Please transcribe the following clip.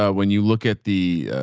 ah when you look at the